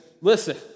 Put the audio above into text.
listen